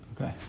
Okay